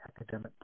academic